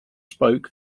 spoke